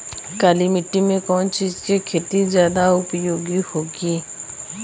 काली माटी में कवन चीज़ के खेती ज्यादा उपयोगी होयी?